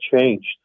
changed